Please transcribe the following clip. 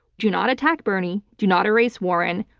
do not attack bernie, do not erase warren.